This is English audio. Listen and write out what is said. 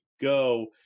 go